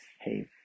hey